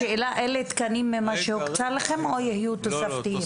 השאלה היא אם אלה תקנים שהוקצו לכם או יהיו תוספות?